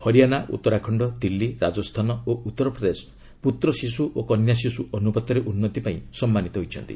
ହରିଆଣା ଉତ୍ତରାଖଣ୍ଡ ଦିଲ୍ଲୀ ରାଜସ୍ଥାନ ଓ ଉତ୍ତରପ୍ରଦେଶ ପୁତ୍ର ଶିଶୁ ଓ କନ୍ୟା ଶିଶୁ ଅନୁପାତରେ ଉନ୍ନତି ପାଇଁ ସମ୍ମାନିତ ହୋଇଛନ୍ତି